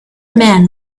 man